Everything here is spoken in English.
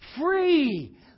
free